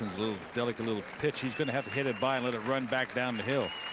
little delicate little pitch he's gonna have to hit it by. let it run back down the hill,